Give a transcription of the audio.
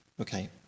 Okay